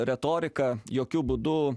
retorika jokiu būdu